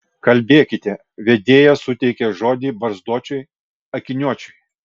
kalbėkite vedėja suteikė žodį barzdočiui akiniuočiui